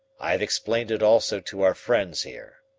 i have explained it also to our friends here.